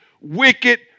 wicked